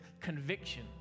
conviction